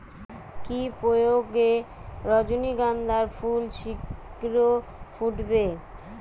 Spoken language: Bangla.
কি প্রয়োগে রজনীগন্ধা ফুল শিঘ্র ফুটবে?